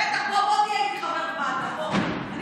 בטח, בוא תהיה איתי חבר בוועדה, בוא, בוא.